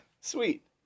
Sweet